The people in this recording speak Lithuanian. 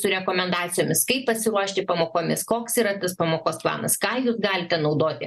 su rekomendacijomis kaip pasiruošti pamokomis koks yra tas pamokos planas ką jūs galite naudoti